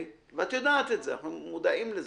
ואת יודעת את זה, אנחנו מודעים לזה.